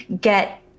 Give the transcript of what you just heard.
get